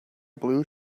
blue